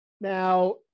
Now